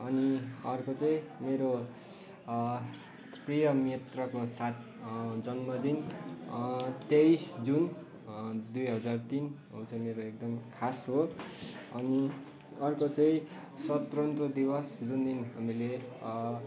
अनि अर्को चाहिँ मेरो प्रिय मित्रको साथ जन्मजिन तेइस जुन दुई हजार तिन उ चाहिँ मेरो एकदम खास हो अनि अर्को चाहिँ स्वतन्त्र दिवस जुन दिन हामीले